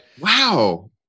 Wow